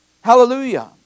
Hallelujah